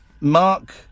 Mark